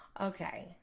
Okay